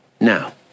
now